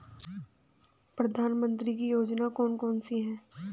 प्रधानमंत्री की योजनाएं कौन कौन सी हैं?